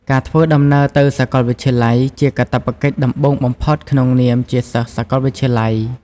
ការធ្វើដំណើរទៅសាកលវិទ្យាល័យជាកាតព្វកិច្ចដំបូងបំផុតក្នុងនាមជា សិស្សសកលវិទ្យាល័យ។